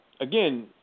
again